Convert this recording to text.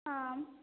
आम्